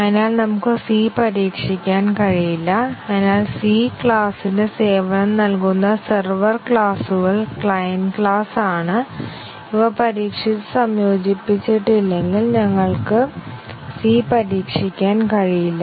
അതിനാൽ നമുക്ക് C പരീക്ഷിക്കാൻ കഴിയില്ല അതിനാൽ C ക്ലാസിന് സേവനം നൽകുന്ന സെർവർ ക്ലാസുകൾ ക്ലയന്റ് ക്ലാസാണ് ഇവ പരീക്ഷിച്ച് സംയോജിപ്പിച്ചിട്ടില്ലെങ്കിൽ ഞങ്ങൾക്ക് C പരീക്ഷിക്കാൻ കഴിയില്ല